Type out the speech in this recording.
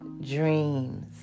Dreams